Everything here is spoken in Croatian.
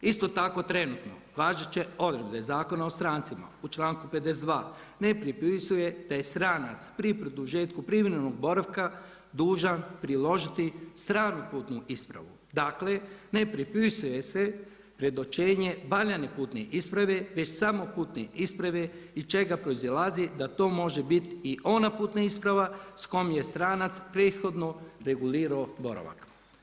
Isto tako trenutno važeće odredbe Zakona o strancima u članku 52. ne propisuje da je stranac pri produžetku privremenog boravka dužan priložiti stranu putnu ispravu, dakle ne propisuje se predočenje valjane putne isprave već samo putne isprave iz čega proizlazi da to može biti i ona putna isprava s kojom je stranac prethodno regulirao boravak.